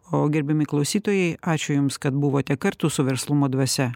o gerbiami klausytojai ačiū jums kad buvote kartu su verslumo dvasia